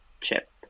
chip